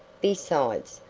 besides,